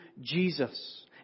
Jesus